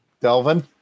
Delvin